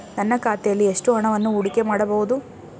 ನನ್ನ ಖಾತೆಯಲ್ಲಿ ಎಷ್ಟು ಹಣವನ್ನು ಹೂಡಿಕೆ ಮಾಡಬಹುದು?